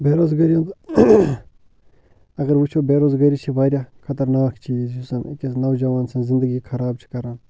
بے روزگٲری اگر وٕچھو بے روزگٲری چھِ واریاہ خَطرناک چیٖز یُس زنہٕ أکِس نَوجوان سٕنٛز زِندگی خراب چھِ کَران